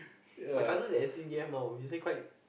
my cousin in S_C_D_F now he say quite